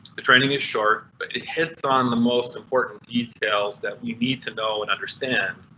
the training is short but it hits on the most important details that we need to know and understand.